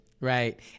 Right